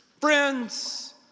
friends